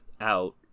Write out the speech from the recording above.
out